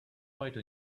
quite